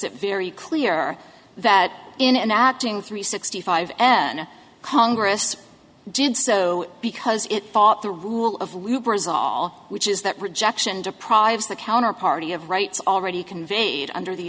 it very clear that in enacting three sixty five n congress did so because it fought the rule of lubrizol which is that rejection deprives the counterparty of rights already conveyed under the